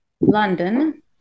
London